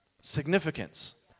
significance